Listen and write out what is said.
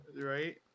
Right